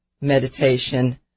meditation